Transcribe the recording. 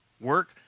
work